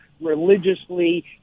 religiously